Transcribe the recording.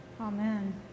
Amen